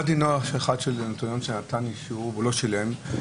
מה דינו של נוטריון שנתן אישור ולא שילם?